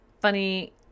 funny